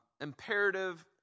imperative